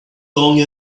long